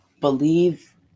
believe